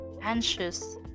anxious